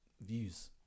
views